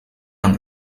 aan